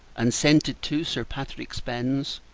and sent it to sir patrick spens,